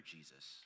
Jesus